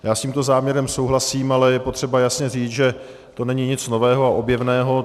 Já s tímto záměrem souhlasím, ale je potřeba jasně říct, že to není nic nového a objevného.